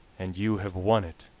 and you have won it,